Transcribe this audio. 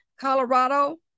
Colorado